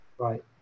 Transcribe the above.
Right